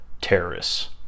terrorists